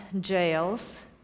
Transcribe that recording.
jails